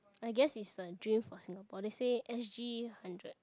I guess is the dream for Singapore they said s_g hundred